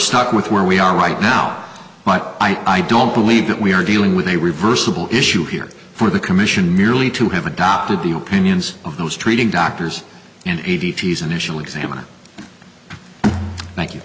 stuck with where we are right now but i don't believe that we are dealing with a reversible issue here for the commission merely to have adopted the opinions of those treating doctors and eighty's initial examiner